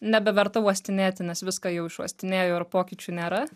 nebeverta uostinėti nes viską jau išuostinėjo ir pokyčių nėra